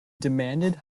demanded